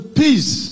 peace